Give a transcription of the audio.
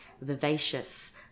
vivacious